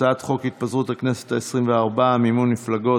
הצעת חוק התפזרות הכנסת העשרים-וארבע ומימון מפלגות,